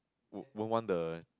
would won't want the